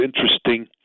interesting